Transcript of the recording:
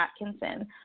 Atkinson